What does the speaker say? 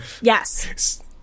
Yes